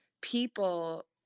people